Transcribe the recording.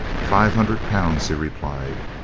five hundred pounds, he replied.